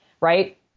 right